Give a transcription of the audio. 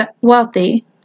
wealthy